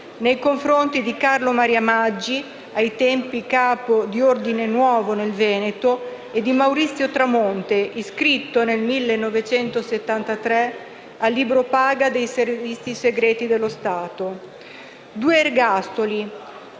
nei confronti di Carlo Maria Maggi, ai tempi capo di Ordine Nuovo nel Veneto, e di Maurizio Tramonte, iscritto nel 1973 a libro paga dei Servizi segreti dello Stato. Due ergastoli,